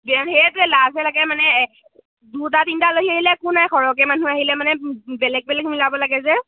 য়া সেইয়টোৱে লাহে লাগে মানে দুটা তিনটা লহে আহিলে একো নাই সৰহকে মানুহ আহিলে মানে বেলেগ বেলেগ মিলাব লাগে যে